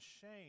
shame